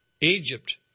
Egypt